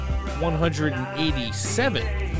187